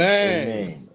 amen